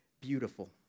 beautiful